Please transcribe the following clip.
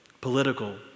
political